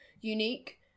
unique